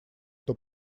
кто